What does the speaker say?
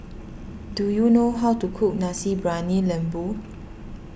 do you know how to cook Nasi Briyani Lembu